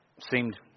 seemed